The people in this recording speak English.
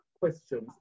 questions